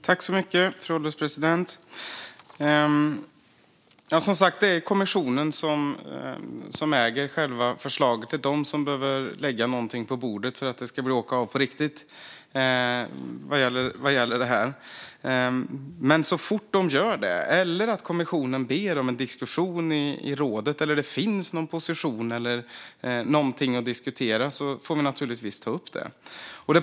Fru ålderspresident! Det är som sagt kommissionen som äger själva förslaget. Det är den som behöver lägga någonting på bordet för att det ska bli åka av på riktigt vad gäller detta. Men så fort kommissionen gör det eller ber om en diskussion i rådet, eller så fort det finns en position eller någonting att diskutera, får vi naturligtvis ta upp det.